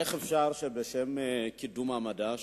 איך אפשר שבשם קידום המדע,